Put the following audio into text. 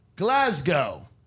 Glasgow